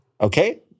Okay